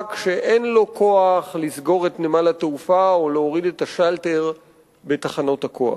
מאבק שאין לו כוח לסגור את נמל התעופה או להוריד את השלטר בתחנות הכוח.